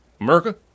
America